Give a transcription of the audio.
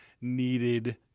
needed